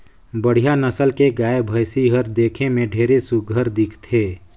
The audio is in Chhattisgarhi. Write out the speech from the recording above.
बड़िहा नसल के गाय, भइसी हर देखे में ढेरे सुग्घर दिखथे